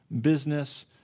business